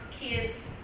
kids